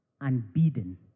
unbidden